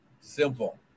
Simple